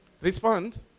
Respond